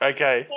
Okay